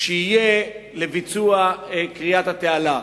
שיהיה לביצוע כריית התעלה.